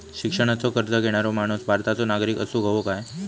शिक्षणाचो कर्ज घेणारो माणूस भारताचो नागरिक असूक हवो काय?